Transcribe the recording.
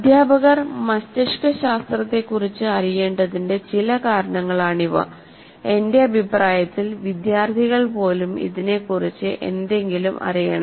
അധ്യാപകർ മസ്തിഷ്ക ശാസ്ത്രത്തെക്കുറിച്ച് അറിയേണ്ടതിന്റെ ചില കാരണങ്ങളാണിവ എന്റെ അഭിപ്രായത്തിൽ വിദ്യാർത്ഥികൾ പോലും ഇതിനെക്കുറിച്ച് എന്തെങ്കിലും അറിയണം